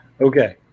okay